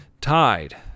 Tied